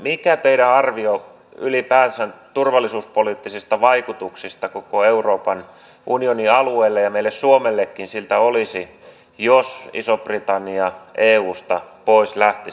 mikä teidän arvionne ylipäänsä turvallisuuspoliittisista vaikutuksista koko euroopan unionin alueelle ja meille suomellekin olisi sillä jos iso britannia eusta pois lähtisi